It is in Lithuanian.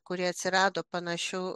kuri atsirado panašiu